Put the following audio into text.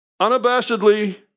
unabashedly